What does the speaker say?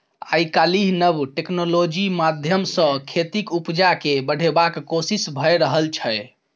आइ काल्हि नब टेक्नोलॉजी माध्यमसँ खेतीक उपजा केँ बढ़ेबाक कोशिश भए रहल छै